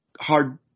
hard